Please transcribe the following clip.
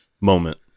moment